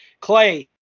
Clay